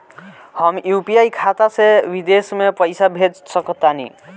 हम यू.पी.आई खाता से विदेश म पइसा भेज सक तानि?